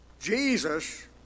Jesus